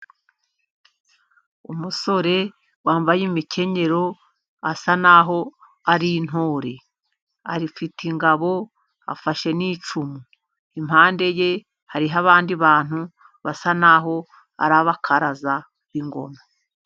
Umusore wambaye imikenyero, asa n'aho ari intore. afite ingabo afashe n'icumu. Impande ye hari abandi bantu basa n'aho ari abakaraza b'ingoma.